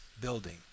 building